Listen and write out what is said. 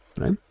right